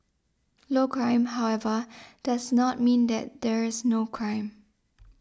low crime however does not mean that there is no crime